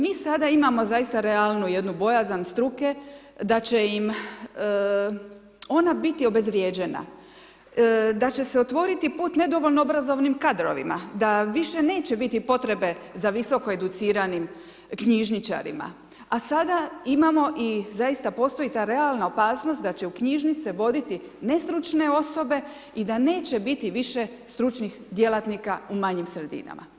Mi sada imamo zaista jednu bojazan struke da će im ona biti obezvrijeđena, e, da će se otvoriti put nedovoljno obrazovanim kadrovima, da više neće biti potrebe za visoko educiranim knjižničarima, a sada imamo i zaista postoji ta realna opasnost da će knjižnice voditi nestručne osobe i da neće biti više stručnih djelatnika u manjim sredinama.